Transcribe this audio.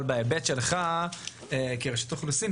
אבל בהיבט שלך כרשות האוכלוסין,